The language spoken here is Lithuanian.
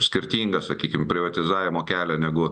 skirtingą sakykim privatizavimo kelią negu